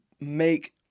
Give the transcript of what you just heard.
make